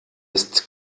ist